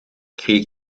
kreeg